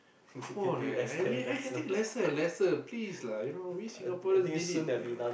come on man I mean I'm getting lesser and lesser please lah you know we Singaporeans need it man